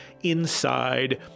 inside